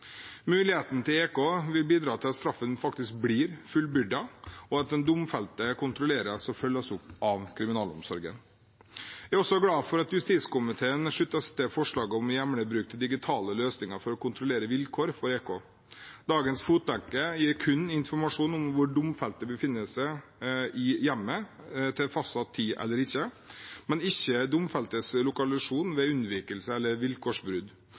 Muligheten til EK vil bidra til at straffen faktisk blir fullbyrdet, og at den domfelte kontrolleres og følges opp av kriminalomsorgen. Jeg er også glad for at justiskomiteen slutter seg til forslaget om å hjemle bruk av digitale løsninger for å kontrollere vilkår for EK. Dagens fotlenke gir kun informasjon om hvorvidt domfelte befinner seg i hjemmet til fastsatt tid eller ikke, men ikke domfeltes lokasjon ved unnvikelse eller